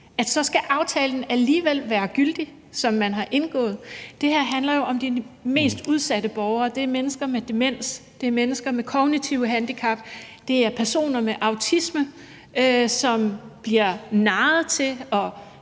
man har indgået, alligevel være gyldig. Det her handler jo om de mest udsatte borgere. Det er mennesker med demens, det er mennesker med kognitive handicap, og det er personer med autisme, som bliver narret til at